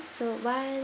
so one